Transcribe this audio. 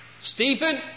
Stephen